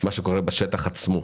מה שקורה בשטח עצמו,